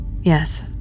Yes